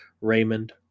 Raymond